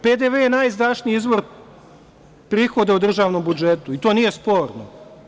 PDV je najizdašniji izvor prihoda u državnom budžetu i to nije sporno.